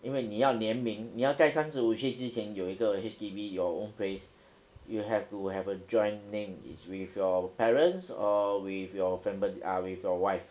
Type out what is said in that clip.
因为你要联名你要在三十五岁之前有一个 H_D_B your own place you have to have a joint name is with your parents or with your famil~ ah with your wife